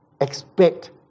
expect